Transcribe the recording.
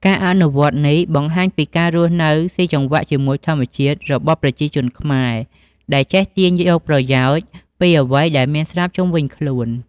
ការអនុវត្តនេះបង្ហាញពី ការរស់នៅស៊ីចង្វាក់ជាមួយធម្មជាតិ របស់ប្រជាជនខ្មែរ ដែលចេះទាញយកប្រយោជន៍ពីអ្វីដែលមានស្រាប់ជុំវិញខ្លួន។